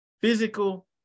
physical